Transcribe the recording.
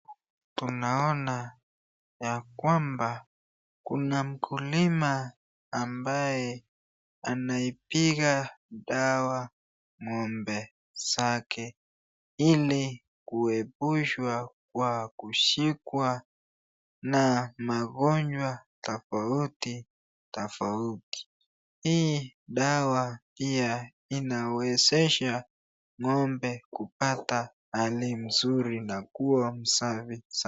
Tunaona ya kwamba kuna mkulima ambaye anaipiga dawa ngombe zake ili kuepushwa kwa kushikwa na magonjwa tofauti tofauti, hii dawa pia inawezehsa ngombe kupata hali mzuri na kua safi sana.